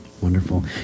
Wonderful